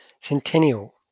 Centennial